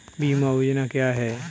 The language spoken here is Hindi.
बीमा योजना क्या है?